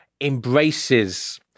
embraces